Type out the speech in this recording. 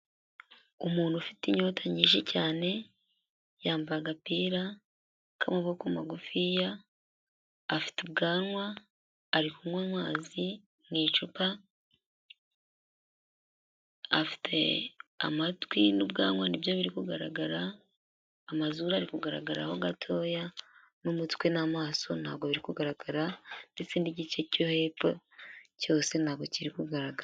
Umuntu ufite inyota nyinshi cyane yambaye agapira k'amaboko magufiya afite ubwanwa ari kunywa amazi mu icupa, afite amatwi n'ubwanwa ni byo biri kugaragara amazuru ari kugaragaraho gatoya n'umutwe n'amaso ntabwo biri kugaragara ndetse n'igice cyo hepfo cyose ntago kiri kugaragara.